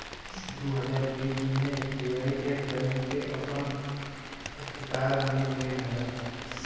दू हज़ार बीस मे एस.बी.आई येस बैंक के आपन अशिकार मे ले लेहलस